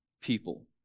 people